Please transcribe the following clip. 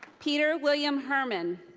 peter william herman.